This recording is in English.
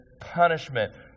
punishment